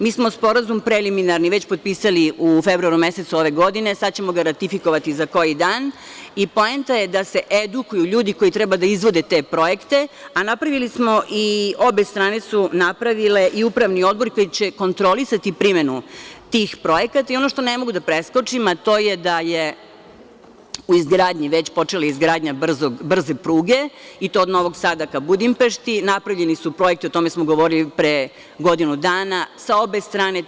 Mi smo preliminarni sporazum već potpisali u februaru mesecu ove godine, a sada ćemo ga ratifikovati za koji dan i poenta je da se edukuju ljudi, koji treba da izvode te projekte, a obe strane su napravile, i Upravni odbor koji će kontrolisati primenu tih projekata, i ono što ne mogu da preskočim, da je već počela izgradnja brze pruge od Novog Sada ka Budimpešti, napravljeni su projekti i o tome smo govorili pre godinu dana, sa obe strane.